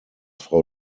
frau